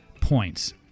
points